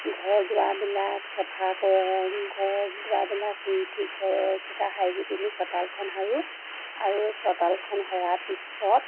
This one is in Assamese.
ঘৰ দুৱাৰবিলাক চফা কৰা ঘৰ দুৱাৰবিলাক শুই উঠি ঘৰকেইটা সাৰি পিনি চোতালখন সাৰোঁ আৰু চোতালখন সৰাৰ পিছত